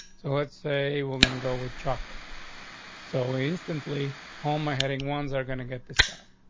so let's say we're gonna go with chocolate so instantly. all my heading ones are going to get this stop.